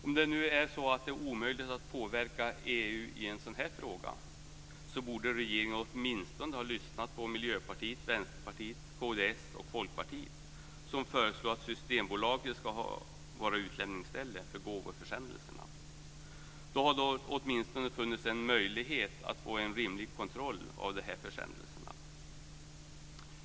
Om det nu är så att det är omöjligt att påverka EU i en sådan här fråga borde regeringen åtminstone ha lyssnat på Miljöpartiet, Systembolaget ska vara utlämningsställe för gåvoförsändelserna. Då hade det åtminstone funnits en möjlighet att få en rimlig kontroll av de här försändelserna.